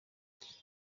iki